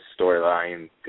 storyline